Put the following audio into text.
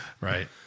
Right